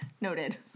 noted